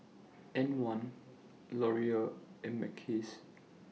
M one Laurier and Mackays